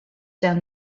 down